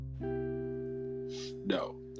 No